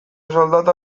soldata